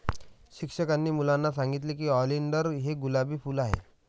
शिक्षकांनी मुलांना सांगितले की ऑलिंडर हे गुलाबी फूल आहे